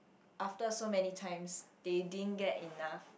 after so many times they didn't get enough